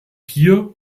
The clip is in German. hier